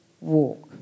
walk